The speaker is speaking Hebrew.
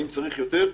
האם צריך יותר?